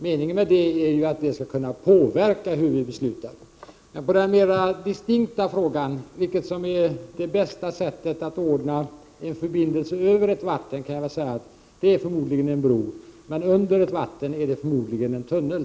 Meningen med rådslaget är ju att det skall påverka vårt beslut. På den mera distinkta frågan om det bästa sättet att ordna en förbindelse över vatten kan jag svara att det sannolikt är att ha en bro. Men under ett vatten är det förmodligen en tunnel.